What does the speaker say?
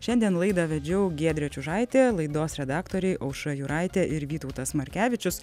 šiandien laidą vedžiau giedrė čiužaitė laidos redaktoriai aušra juraitė ir vytautas markevičius